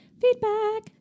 Feedback